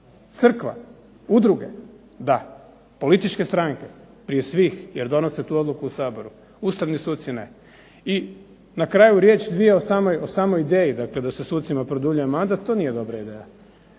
crkva, udruge, da, političke stranke prije svih jer donose tu odluku u Saboru. Ustavni suci ne. I na kraju riječ dvije o samoj ideji da se sucima produlji mandat, to nije dobra ideja.